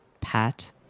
pat